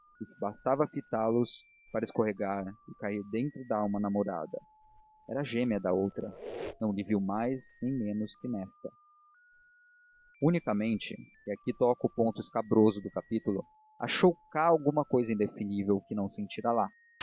bastava fitá los para escorregar e cair dentro da alma namorada era gêmea da outra não lhe viu mais nem menos que nesta unicamente e aqui toco o ponto escabroso do capítulo achou cá alguma cousa indefinível que não sentira lá